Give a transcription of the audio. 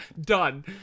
Done